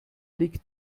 liegt